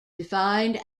defined